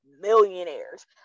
Millionaires